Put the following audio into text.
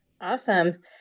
Awesome